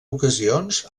ocasions